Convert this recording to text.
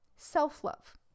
self-love